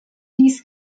dies